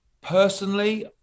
Personally